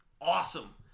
Awesome